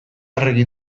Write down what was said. arregi